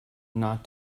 not